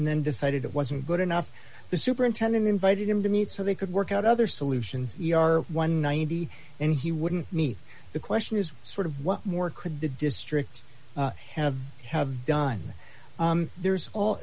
and then decided it wasn't good enough the superintendent invited him to meet so they could work out other solutions are one hundred and ninety and he wouldn't meet the question is sort of what more could the district have have done there's all